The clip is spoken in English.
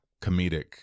comedic